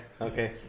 okay